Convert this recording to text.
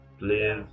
please